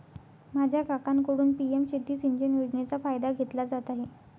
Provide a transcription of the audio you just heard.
माझा काकांकडून पी.एम शेती सिंचन योजनेचा फायदा घेतला जात आहे